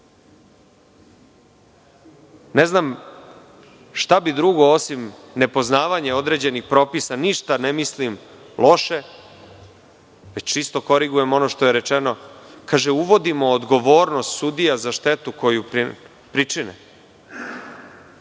Ne znam šta bi drugo, osim nepoznavanje određenih propisa, ništa ne mislim loše, već čisto korigujem ono što je rečeno, kaže – uvodimo odgovornost sudija za štetu koju pričine. Koga